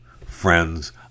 friends